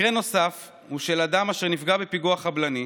מקרה נוסף הוא של אדם אשר נפגע בפיגוע חבלני,